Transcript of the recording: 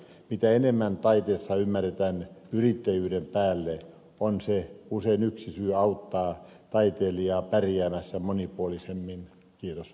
mitä enemmän taiteessa ymmärretään yrittäjyyden päälle sitä monipuolisemmin se auttaa taiteilijaa pärjäämään